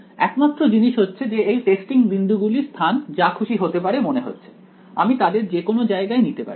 একমাত্র জিনিস হচ্ছে যে এই টেস্টিং বিন্দু গুলির স্থান যা খুশি হতে পারে মনে হচ্ছে আমি তাদের যেকোনো জায়গায় নিতে পারি